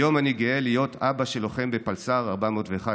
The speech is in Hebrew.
היום אני גאה להיות אבא של לוחם בפלס"ר 401,